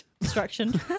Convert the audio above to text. Distraction